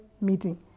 meeting